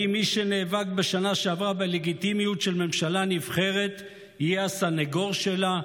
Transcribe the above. האם מי שנאבק בשנה שעברה בלגיטימיות של ממשלה נבחרת יהיה הסנגור שלה?